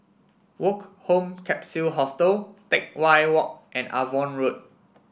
Woke Home Capsule Hostel Teck Whye Walk and Avon Road